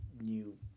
new